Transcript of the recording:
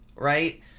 right